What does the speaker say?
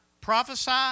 prophesy